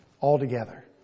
altogether